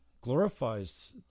glorifies